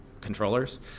controllers